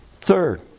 Third